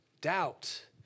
Doubt